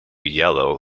yellow